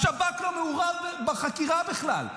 השב"כ לא מעורב בחקירה בכלל.